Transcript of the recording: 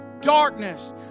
darkness